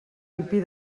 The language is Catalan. hippy